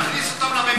תכניס אותם לממשלה?